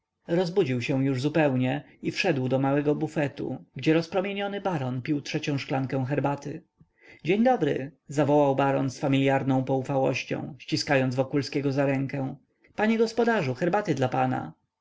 rozbudził się już zupełnie i wszedł do małego bufetu gdzie rozpromieniony baron pił trzecią szklankę herbaty dzień dobry zawołał baron z familiarną poufałością ściskając wokulskiego za rękę panie gospodarzu herbaty dla pana